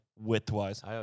width-wise